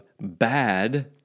bad